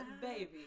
baby